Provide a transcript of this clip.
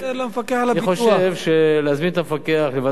צריך לתת את זה למפקח על הביטוח.